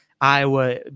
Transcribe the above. Iowa